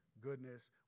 goodness